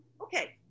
Okay